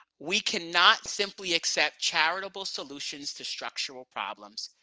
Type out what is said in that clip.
we cannot simply accept charitable solutions to structural problems,